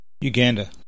Uganda